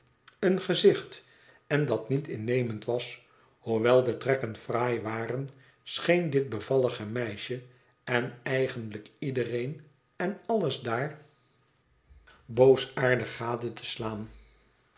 een gezicht en dat niet innemend was hoewel de trekken fraai waren scheen dit bevallige meisje en eigenlijk iedereen en alles daar boosaardig i ui teenlo opende meeningen gade te slaan